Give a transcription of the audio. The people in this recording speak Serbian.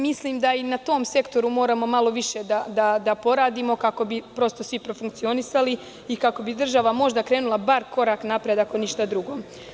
Mislim da i na tom sektoru moramo malo više da poradimo, kako bi svi profunkcionisali i kako bi država možda krenula bar korak napred, ako ništa drugo.